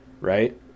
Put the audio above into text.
Right